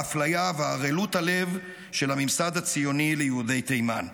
האפליה וערלות הלב של הממסד הציוני ליהודי תימן.